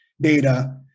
data